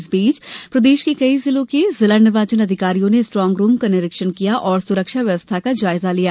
इस बीच प्रदेश के कई जिलों के जिला निर्वाचन अधिकारियों ने स्ट्रांग रूम का निरीक्षण किया और सुरक्षा व्यवस्था का जायजा लिया